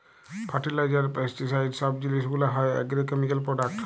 fertiliser, pesticide সব জিলিস গুলা হ্যয় আগ্রকেমিকাল প্রোডাক্ট